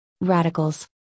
radicals